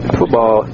football